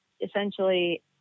essentially